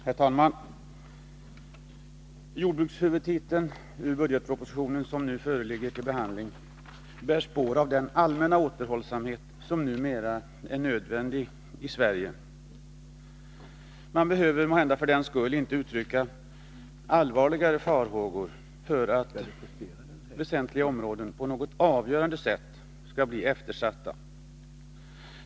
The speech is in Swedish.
Herr talman! Jordbrukshuvudtiteln i budgetpropositionen som nu föreligger till behandling bär spår av den allmänna återhållsamhet som numera är nödvändig i Sverige. Man behöver måhända för den skull inte uttrycka allvarligare farhågor för att väsentliga områden på något avgörande sätt skall bli eftersatta.